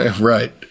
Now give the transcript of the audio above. Right